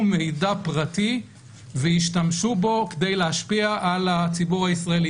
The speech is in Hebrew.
מידע פרטי וישתמשו בו כדי להשפיע על הציבור הישראלי.